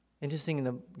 Interesting